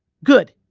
good,